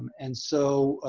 and so,